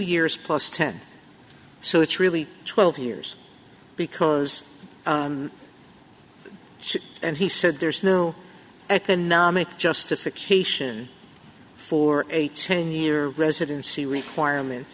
years plus ten so it's really twelve years because she and he said there's no economic justification for a ten year residency requirement